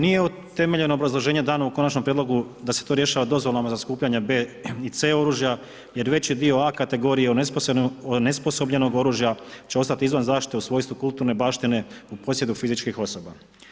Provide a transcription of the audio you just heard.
Nije utemeljeno obrazloženje dano u Konačnom prijedlogu da se to rješavati dozvolama za skupljanje B i C oružja, jer veći dio A kategorije onesposobljenog oružja će ostati izvan zaštite u svojstvu kulturne baštine u posjedu fizičkih osoba.